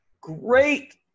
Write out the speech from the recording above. great